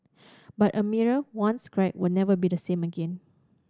but a mirror once cracked will never be the same again